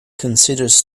considers